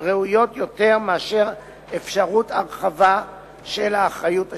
ראויות יותר מאשר אפשרות ההרחבה של האחריות השילוחית.